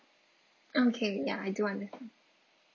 okay ya I do understand